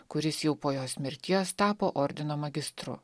kuris jau po jos mirties tapo ordino magistru